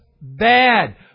bad